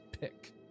pick